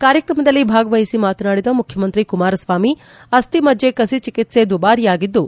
ಕಾರ್ಯಕ್ರಮದಲ್ಲಿ ಭಾಗವಹಿಸಿ ಮಾತನಾಡಿದ ಮುಖ್ಯಮಂತ್ರಿ ಕುಮಾರಸ್ವಾಮಿ ಅಸ್ಟಿ ಮಜ್ಜೆ ಕು ಚಿಕಿತ್ಸೆ ದುಬಾರಿಯಾಗಿದ್ದು